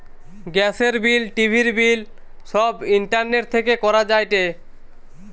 গ্যাসের বিল, টিভির বিল সব ইন্টারনেট থেকে করা যায়টে